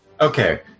Okay